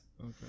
Okay